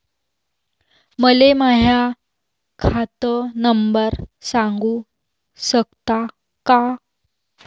मले माह्या खात नंबर सांगु सकता का?